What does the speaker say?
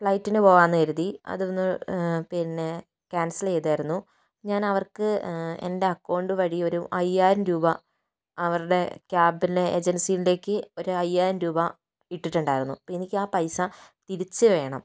ഫ്ലൈറ്റിന് പോകാമെന്ന് കരുതി അതൊന്നു പിന്നെ കാൻസലു ചെയ്തായിരുന്നു ഞാനവർക്കു എൻ്റെ അക്കൗണ്ട് വഴി ഒരു അയ്യായിരം രൂപ അവരുടെ ക്യാബിലെ ഏജൻസിയിലേക്ക് ഒരയ്യായിരം രൂപ ഇട്ടിട്ടുണ്ടായിരുന്നു എനിക്കാ പൈസ തിരിച്ച് വേണം